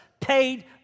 paid